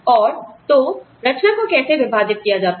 और तो रचना को कैसे विभाजित किया जाता है